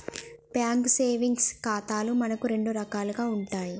bank savings ఖాతాలు మనకు రెండు రకాలు ఉంటాయి